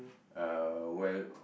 uh well